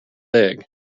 egg